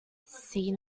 see